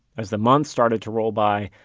as the months started to roll by,